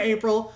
April